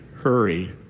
hurry